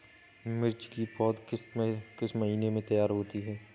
मिर्च की पौधा किस महीने में तैयार होता है?